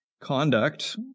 conduct